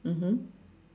mmhmm